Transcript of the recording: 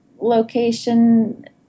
location